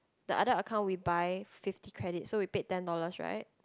the other account we buy fifty credit so we pay ten dollars right